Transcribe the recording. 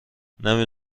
نمی